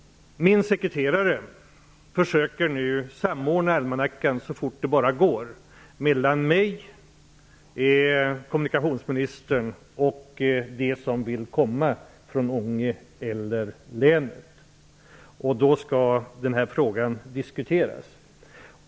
Min sekreterare försöker nu att så fort det bara går samordna almanackorna för att få till stånd ett möte mellan mig, kommunikationsministern och de från Ånge eller länet som vill komma. Då skall denna fråga diskuteras.